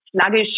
sluggish